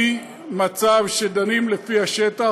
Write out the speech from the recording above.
ממצב שדנים לפי השטח,